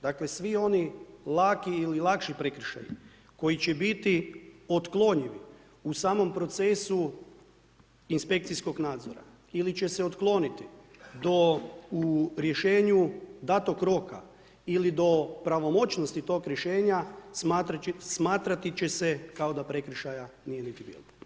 Dakle svi oni laki ili lakši prekršaji, koji će biti otklonjivi, u samom procesu inspekcijskog nadzora ili će se otkloniti do u riješenu danog roka ili do pravomoćnosti tog rješenja smatrati će se kao da prekršaja nije niti bilo.